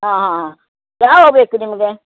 ಆಂ ಹಾಂ ಹಾಂ ಯಾವಾಗ ಬೇಕು ನಿಮಗೆ